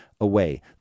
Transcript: away